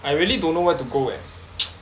I really don't know where to go eh